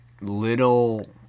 little